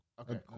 Okay